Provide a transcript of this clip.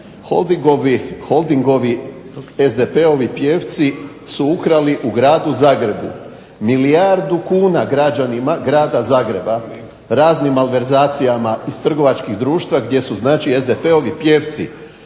holdingovi SDP-ovi pijevci su ukrali u Gradu Zagrebu milijardu kuna građanima Grada Zagreba raznim malverzacijama iz trgovačkih društava gdje znači SDP-ovi pijevci